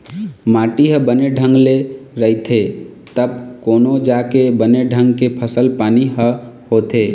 माटी ह बने ढंग के रहिथे तब कोनो जाके बने ढंग के फसल पानी ह होथे